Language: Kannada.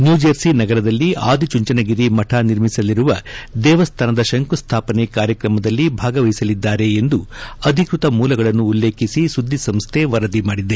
ನ್ಮೊರ್ಜೆರ್ಸಿ ನಗರದಲ್ಲಿ ಆದಿ ಚುಂಚನಗಿರಿ ಮಠ ನಿರ್ಮಿಸಲಿರುವ ದೇವಸ್ಥಾನದ ಶಂಕುಸ್ವಾಪನೆ ಕಾರ್ಯಕ್ರಮದಲ್ಲಿ ಭಾಗವಹಿಸಲಿದ್ದಾರೆ ಎಂದು ಅಧಿಕೃತ ಮೂಲಗಳನ್ನು ಉಲ್ಲೇಖಿಸಿ ಸುದ್ದಿಸಂಸ್ಥೆ ವರದಿ ಮಾಡಿದೆ